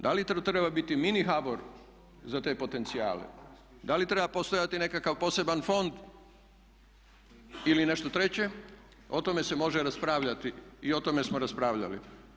Da li to treba biti mini HBOR za te potencijale, da li treba postojati nekakav poseban fond ili nešto treće, o tome se može raspravljati i o tome smo raspravljali.